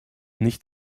nicht